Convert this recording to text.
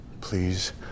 Please